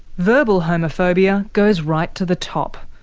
verbal homophobia goes right to the top.